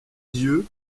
dieu